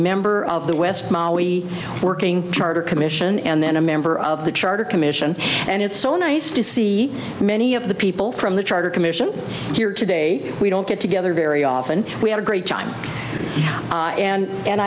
member of the west working charter commission and then a member of the charter commission and it's so nice to see many of the people from the charter commission here today we don't get together very often we had a great time and and